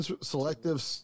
selective